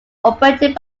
operated